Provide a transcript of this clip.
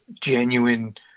genuine